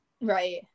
Right